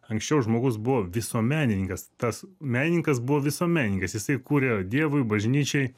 anksčiau žmogus buvo visuomenininkas tas menininkas buvo visuomenininkas jisai kuria dievui bažnyčiai